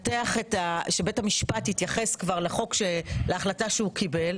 שבית המשפט יתייחס להחלטה שהוא כבר קיבל,